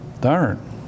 Darn